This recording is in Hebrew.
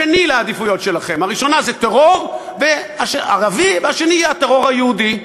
שני בעדיפויות שלכם: הראשונה זה טרור ערבי והשנייה תהיה הטרור היהודי.